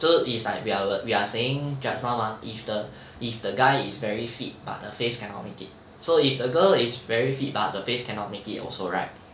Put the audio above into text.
就是 is like we are err we are saying just now mah if the if the guy is very fit but the face cannot make it so if the girl is very fit but the face cannot make it also right